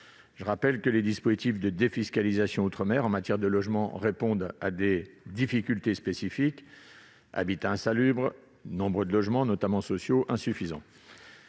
Je rappelle que les dispositifs de défiscalisation outre-mer en matière de logement répondent à des difficultés spécifiques : habitat insalubre, nombre insuffisant de logements, notamment sociaux. Des travaux